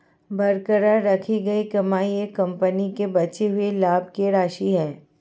बरकरार रखी गई कमाई एक कंपनी के बचे हुए लाभ की राशि है